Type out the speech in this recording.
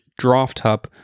DRAFTHUB